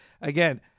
again